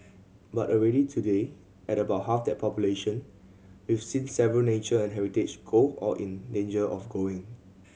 but already today at about half that population we've seen several nature and heritage go or in danger of going